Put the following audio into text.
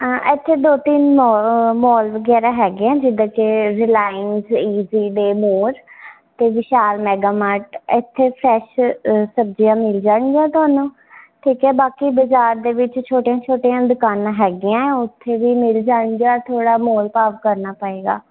ਇੱਥੇ ਦੋ ਤਿੰਨ ਮੋ ਮੋਲ ਵਗੈਰਾ ਹੈਗੇ ਹੈ ਜਿੱਦਾਂ ਕਿ ਰਿਲਾਈਂਸ ਈਜ਼ੀ ਡੇ ਮੋਲ ਅਤੇ ਵਿਸ਼ਾਲ ਮੈਗਾ ਮਾਰਟ ਇੱਥੇ ਫਰੈਸ਼ ਸਬਜ਼ੀਆਂ ਮਿਲ ਜਾਣਗੀਆਂ ਤੁਹਾਨੂੰ ਠੀਕ ਹੈ ਬਾਕੀ ਬਜ਼ਾਰ ਦੇ ਵਿੱਚ ਛੋਟੀਆਂ ਛੋਟੀਆਂ ਦੁਕਾਨਾਂ ਹੈਗੀਆਂ ਉੱਥੇ ਵੀ ਮਿਲ ਜਾਣਗੀਆਂ ਥੋੜ੍ਹਾ ਮੋਲ ਭਾਵ ਕਰਨਾ ਪਏਗਾ